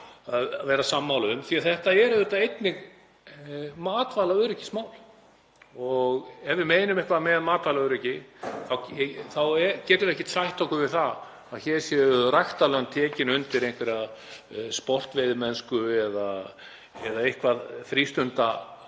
að vera sammála um því að þetta er auðvitað einnig matvælaöryggismál. Ef við meinum eitthvað með matvælaöryggi þá getum við ekki sætt okkur við það að hér séu ræktarlönd tekin undir einhverja sportveiðimennsku eða frístundabyggð